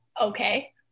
okay